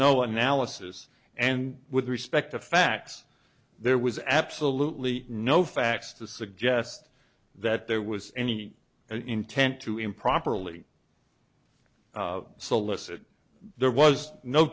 no analysis and with respect to facts there was absolutely no facts to suggest that there was any intent to improperly so let's it there was no